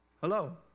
Hello